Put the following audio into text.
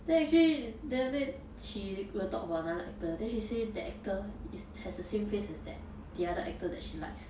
then actually then after that she will talk about an actor then she said that actor is has the same face as that the other actor that she likes